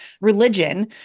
religion